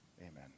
Amen